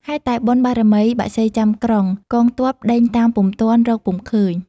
ហេតុតែបុណ្យបារមីបក្សីចាំក្រុង កងទ័ពដេញតាមពុំទាន់ រកពុំឃើញ។